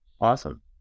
Awesome